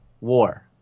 war